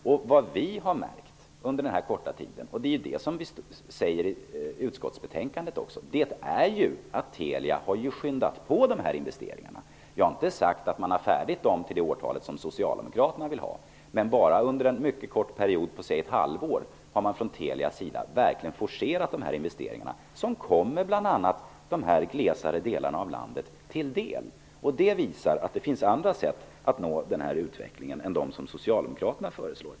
Vi har under denna korta tid märkt att Telia har skyndat på investeringarna. Det är det vi säger i utskottsbetänkandet. Vi har inte sagt att systemet kommer att vara färdigt det år som Socialdemokraterna vill, men Telia har på en mycket kort period -- säg ett halvår -- verkligen forcerat dessa investeringar. Det kommer de glesare delarna av landet till del. Det visar att det finns andra sätt att nå utvecklingen än de som socialdemokraterna föreslår.